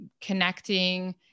connecting